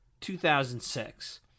2006